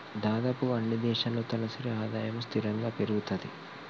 దాదాపుగా అన్నీ దేశాల్లో తలసరి ఆదాయము స్థిరంగా పెరుగుతది